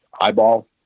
eyeball